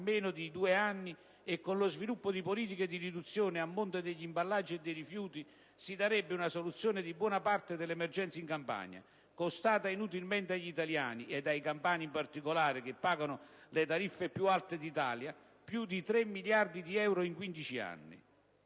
meno di due anni, e con lo sviluppo di politiche di riduzione a monte degli imballaggi e dei rifiuti, si darebbe una soluzione di buona parte dell'emergenza in Campania, costata inutilmente agli italiani e ai campani in particolare, che pagano le tariffe più alte d'Italia, più di 3 miliardi di euro in 15 anni.